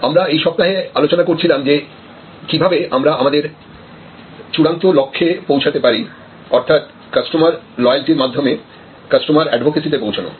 আমরা এই সপ্তাহে আলোচনা করছিলাম যে কিভাবে আমরা আমাদের চূড়ান্ত লক্ষ্যে পৌঁছতে পারি অর্থাৎ কাস্টমার লয়ালটির মাধ্যমে কাস্টমার অ্যাডভোকেসিতে পৌঁছানো